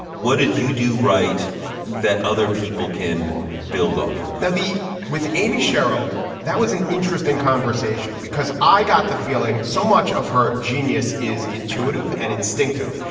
what did you do right that other people can build off? now, the with amy shrilled, that was an interesting conversation because i got the feeling so much of her genius is intuitive and instinctive.